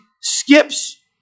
skips